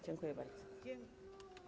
Dziękuję bardzo.